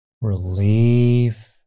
relief